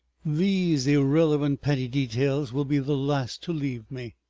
these irrelevant petty details will be the last to leave me,